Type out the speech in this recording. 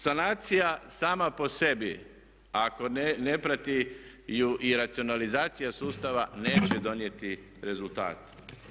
Sanacija sama po sebi ako ne prati je i racionalizacija sustava neće donijeti rezultate.